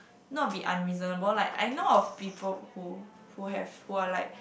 not be unreasonable like I know of people who who have who are like